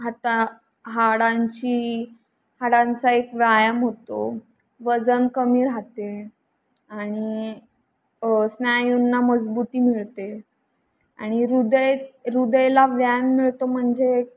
हाता हाडांची हाडांचा एक व्यायाम होतो वजन कमी राहते आणि स्न्यायूंना मजबुती मिळते आणि ह्रदय ह्रदयाला व्यायाम मिळतो म्हणजे